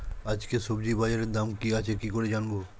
আজকে সবজি বাজারে দাম কি আছে কি করে জানবো?